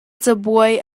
cabuai